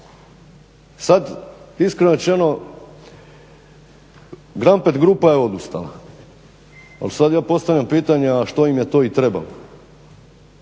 Sad iskreno rečeno Grampet grupa je odustala al sad ja postavljam pitanje al što im je to i trebalo.